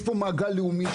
יש פה מעגל לאומי,